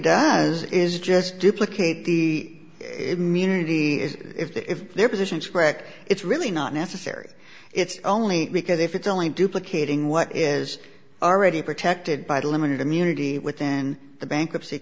does is just duplicate the it munity is if their positions krech it's really not necessary it's only because if it's only duplicating what is already protected by the limited immunity within the bankruptcy